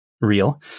real